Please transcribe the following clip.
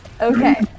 Okay